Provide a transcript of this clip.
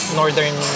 northern